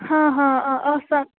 ہاں ہاں آ آسان